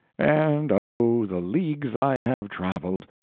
and oh, the leagues i have travelled!